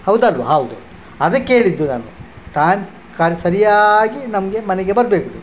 ಹೌದಾ ಅಲ್ವಾ ಹೌದೌದು ಅದಕ್ಕೆ ಹೇಳಿದ್ದು ನಾನು ಟೈಮ್ ಸರಿಯಾಗಿ ನಮಗೆ ಮನೆಗೆ ಬರಬೇಕು